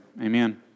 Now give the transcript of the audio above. Amen